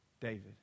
David